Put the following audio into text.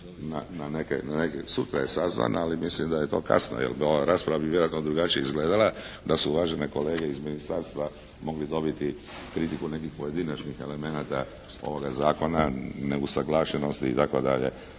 na neke, sutra je sazvana ali mislim da je to kasno. Jer ova rasprava bi vjerojatno drugačije izgledala da su uvažene kolege iz Ministarstva mogle dobiti kritiku nekih pojedinačnih elemenata ovoga zakona neusaglašenosti i tako dalje.